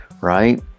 right